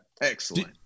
Excellent